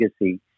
Legacy